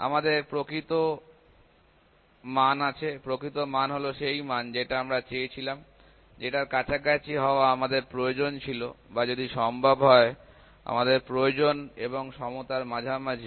আমাদের প্রকৃত মান আছে প্রকৃত মান হলো সেই মান যেটা আমরা চেয়েছিলাম যেটার কাছাকাছি হওয়া আমাদের প্রয়োজন ছিল বা যদি সম্ভব হয় আমাদের প্রয়োজন এবং সমতার মাঝামাঝি